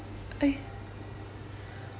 okay